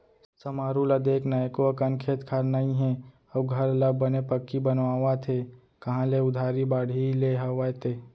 समारू ल देख न एको अकन खेत खार नइ हे अउ घर ल बने पक्की बनवावत हे कांहा ले उधारी बाड़ही ले हवय ते?